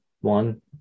one